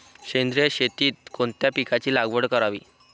सेंद्रिय शेतीत कोणत्या पिकाची लागवड करावी?